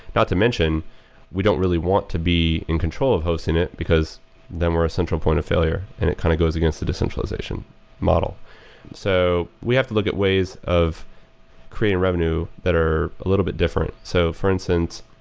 not to mention we don't really want to be in control of hosting it, because then we're a central point of failure and it kind of goes against the decentralization model so we have to look at ways of creating revenue that are a little bit different. so for instance,